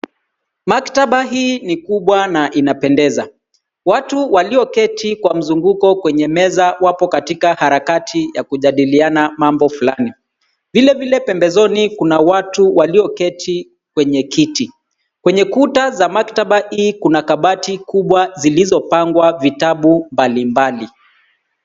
Maktaba hii ni kubwa na inapendeza. Watu walioketi kwa mzunguko kwenye meza wapo katika harakati ya kujadiliana mambo fulani. Vile vile pembezoni kuna watu walioketi kwenye kiti. Kwenye kuta za maktaba hii kuna kabati kubwa zilizopangwa vitabu mbali mbali.